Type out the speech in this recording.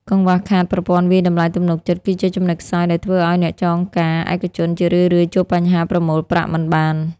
កង្វះខាត "ប្រព័ន្ធវាយតម្លៃទំនុកចិត្ត" គឺជាចំណុចខ្សោយដែលធ្វើឱ្យអ្នកចងការឯកជន ជារឿយៗជួបបញ្ហាប្រមូលប្រាក់មិនបាន។